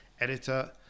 editor